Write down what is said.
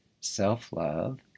self-love